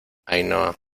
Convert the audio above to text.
ainhoa